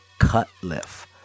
Cutliff